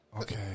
Okay